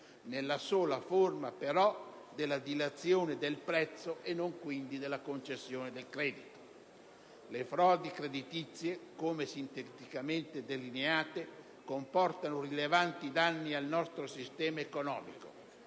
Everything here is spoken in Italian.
nella sola forma però della dilazione del prezzo e non quindi della concessione del credito. Le frodi creditizie, come sinteticamente delineate, comportano rilevanti danni al nostro sistema economico: